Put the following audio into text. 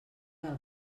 del